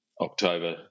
October